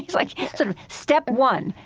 like sort of step one,